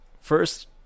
first